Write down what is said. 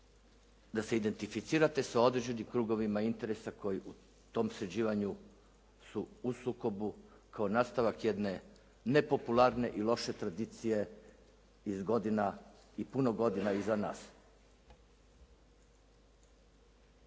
da se identificirate sa određenim krugovima interesa koji u tom sređivanju su u sukobu kao nastavak jedne nepopularne i loše tradicije iz godina i puno godina iza nas.